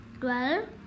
twelve